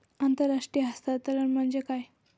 आंतरराष्ट्रीय हस्तांतरण म्हणजे काय?